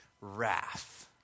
Wrath